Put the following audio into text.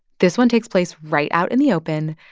this one takes place right out in the open.